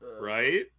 right